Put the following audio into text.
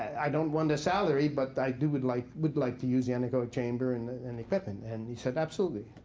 i don't want a salary, but i do would like would like to use the anechoic chamber and and equipment. and and he said, absolutely.